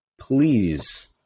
please